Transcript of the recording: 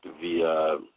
via